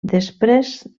després